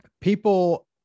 people